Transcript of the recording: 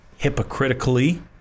hypocritically